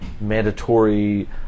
mandatory